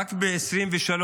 רק ב-2023